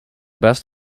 best